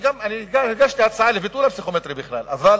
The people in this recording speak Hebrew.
הגשתי הצעה לביטול הפסיכומטרי בכלל, אבל